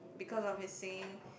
because of his singing